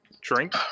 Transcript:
Drink